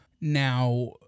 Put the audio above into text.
Now